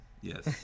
yes